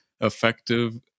effective